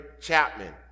Chapman